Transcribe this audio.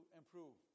improve